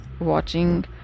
watching